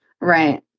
right